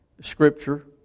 Scripture